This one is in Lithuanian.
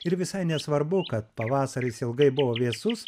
ir visai nesvarbu kad pavasaris ilgai buvo vėsus